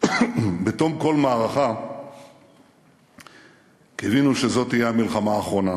בתום כל מערכה קיווינו שזאת תהיה המלחמה האחרונה,